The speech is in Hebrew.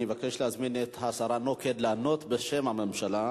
אני מבקש להזמין את השרה אורית נוקד לענות בשם הממשלה.